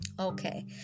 Okay